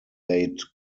laid